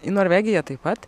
į norvegiją taip pat